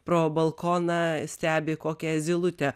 pro balkoną stebi kokią zylutę